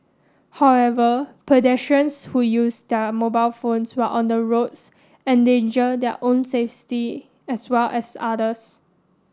however pedestrians who use their mobile phones while on the roads endanger their own safety as well as others